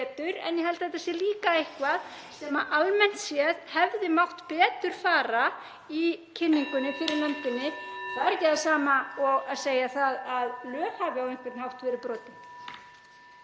En ég held að þetta sé líka eitthvað sem almennt séð hefði mátt betur fara í kynningunni fyrir nefndinni. (Forseti hringir.) Það er ekki það sama og að segja að lög hafi á einhvern hátt verið brotin.